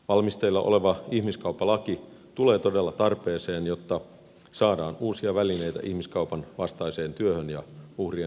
valmisteilla oleva ihmiskauppalaki tulee todella tarpeeseen jotta saadaan uusia välineitä ihmiskaupan vastaiseen työhön ja uhrien auttamiseen